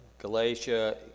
Galatia